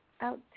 out